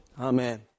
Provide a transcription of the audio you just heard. Amen